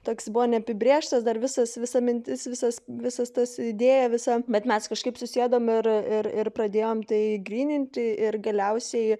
toks buvo neapibrėžtas dar visas visa mintis visas visas tas idėja visa bet mes kažkaip susėdom ir ir pradėjome tai gryninti ir galiausiai